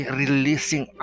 releasing